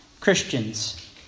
Christians